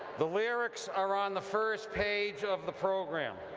the lyrics are on the first page of the program.